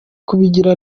kubigira